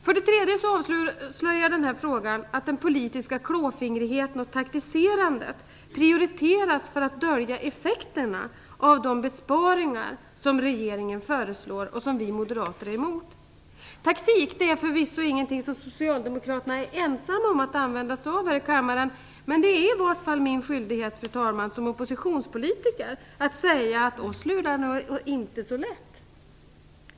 För det tredje avslöjar denna fråga att den politiska klåfingrigheten och taktiserandet prioriteras för att dölja effekterna av de besparingar som regeringen föreslår och som vi moderater är emot. Taktik är förvisso inget socialdemokraterna är ensamma om att använda sig av här i kammaren, men det är i vart fall min skyldighet som oppositionspolitiker att säga att så lätt lurar ni oss inte.